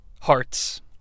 hearts